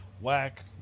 whack